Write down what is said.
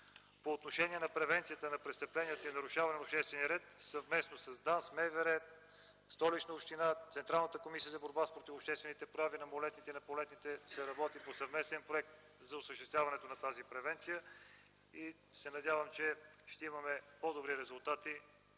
По отношение превенцията на престъпленията и нарушаването на обществения ред съвместно с ДАНС, МВР, Столична община, Централната комисия за борба с противообществените прояви на малолетните и непълнолетните се работи по съвместен проект за осъществяване на тази превенция. Надявам се, че ще имаме по-добри резултати